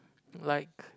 like